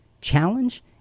challenge